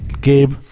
Gabe